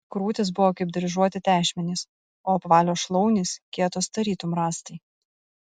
krūtys buvo kaip dryžuoti tešmenys o apvalios šlaunys kietos tarytum rąstai